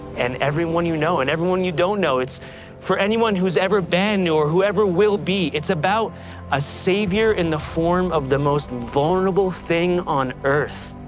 and everyone you know, and everyone you don't know. it's for anyone who's ever been, or whoever will be. it's about a savior in the form of the most vulnerable thing on earth.